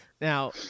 Now